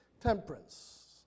Temperance